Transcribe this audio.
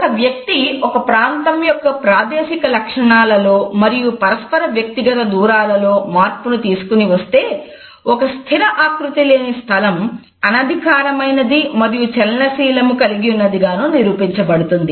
ఒక వ్యక్తి ఒక ప్రాంతం యొక్క ప్రాదేశికలక్షణాలలో మరియు పరస్పరవ్యక్తిగత దూరాలలో మార్పును తీసుకొనివస్తే ఒక స్థిర ఆకృతి లేని స్థలం అనధికారమైనది మరియు చలనశీలము కలిగియున్నదిగాను నిరూపించబడుతుంది